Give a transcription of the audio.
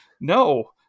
no